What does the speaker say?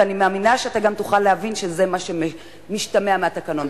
ואני מאמינה שגם תוכל להבין שזה מה שמשתמע מהתקנון.